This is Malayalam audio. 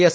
എസ്